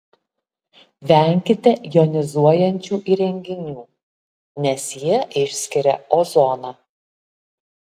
venkite jonizuojančių įrenginių nes jie išskiria ozoną